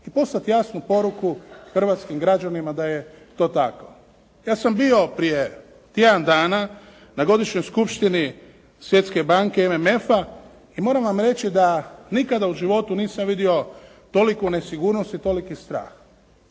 I poslat jasnu poruku hrvatskim građanima da je to tako. Ja sam bio prije tjedan dana na godišnjoj skupštini Svjetske banke MMF-a i moram vam reći da nikada u životu nisam vidio toliku nesigurnost i toliki strah.